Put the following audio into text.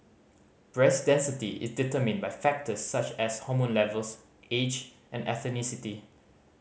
breast density is determined by factors such as hormone levels age and ethnicity